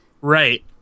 Right